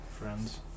friends